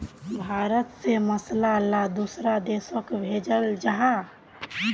भारत से मसाला ला दुसरा देशोक भेजल जहा